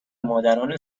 مادران